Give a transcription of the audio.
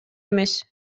эмес